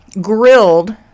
grilled